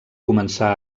començar